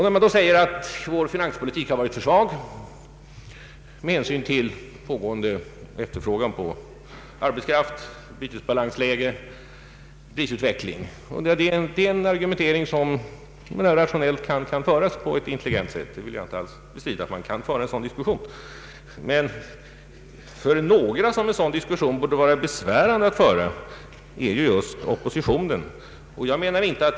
När man säger att regeringens finanspolitik varit för svag med hänsyn till rådande efterfrågan på arbetskraft, bytesbalansläge och prisutveckling är dock detta en argumentering som i och för sig rationellt kan läggas fram på ett intelligent sätt. Jag Ang. den ekonomiska politiken vill heller inte bestrida att man kan föra en sådan diskussion. Men några för vilka det borde vara besvärande att föra en sådan diskussion, är just oppositionen.